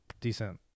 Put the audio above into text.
decent